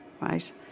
right